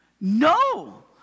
No